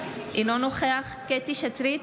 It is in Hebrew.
אינו נוכח קטי קטרין שטרית,